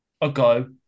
ago